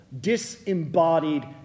disembodied